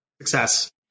Success